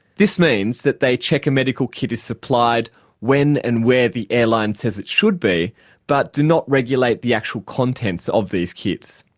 this means that they check a medical kit is supplied when and where the airline says it should be but do not regulate the actual contents of these kits.